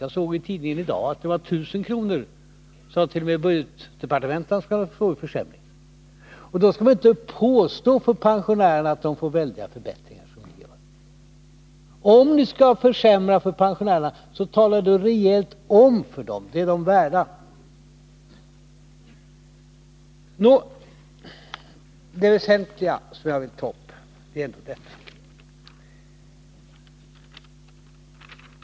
Jag läste i tidningen i dag att man t.o.m. i budgetdepartementet säger att pensionärerna får en försämring med 1000 kr. Då skall man inte påstå att pensionärerna får väldiga förbättringar. Om ni skall försämra för pensionärerna, så tala om det för dem! Det är de värda. Nå, det väsentliga som jag ville ta upp var inte detta.